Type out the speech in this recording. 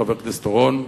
חבר הכנסת אורון,